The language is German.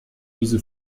diese